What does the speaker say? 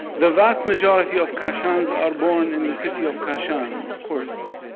the vast majority of kashans are born in the city of kashan, of course.